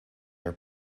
are